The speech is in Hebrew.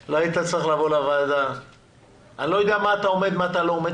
לא יודע במה אתה עומד ובמה לא,